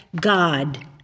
God